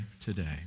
today